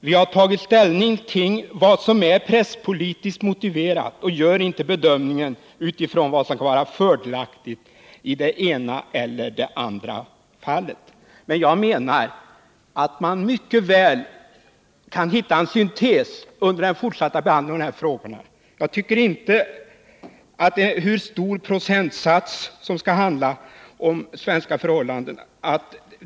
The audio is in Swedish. Vi har tagit ställning till vad som är presspolitiskt motiverat, och vi har alltså inte gjort bedömningen utifrån vad som kan vara fördelaktigt i det ena eller det andra fallet. Men jag menar att man mycket väl kan komma fram till en syntes under den fortsatta behandlingen av de här frågorna. Jag tycker att man mycket väl kan diskutera vilken procent av innehållet i en tidning som skall handla om svenska förhållanden.